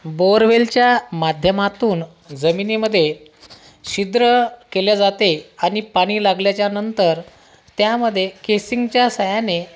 बोअरवेलच्या माध्यमातून जमिनीमध्ये क्षिद्र केले जाते आणि पाणी लागल्याच्या नंतर त्यामध्ये केसिंगच्या सहाय्याने